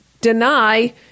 deny